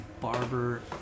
Barber